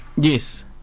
yes